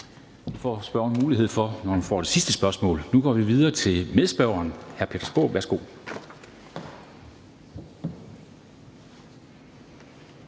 Det får spørgeren mulighed for, når hun får det sidste spørgsmål. Nu går vi videre til medspørgeren, hr. Peter Skaarup. Værsgo.